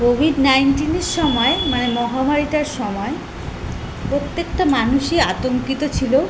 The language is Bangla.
কোভিড নাইন্টিনের সময় মানে মহামারীটার সময় প্রত্যেকটা মানুষই আতঙ্কিত ছিলো